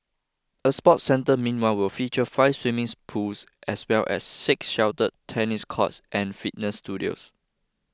a sports centre meanwhile will feature five swimming pools as well as six sheltered tennis courts and fitness studios